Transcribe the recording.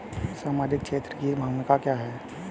सामाजिक क्षेत्र की भूमिका क्या है?